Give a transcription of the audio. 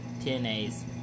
TNA's